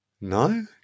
No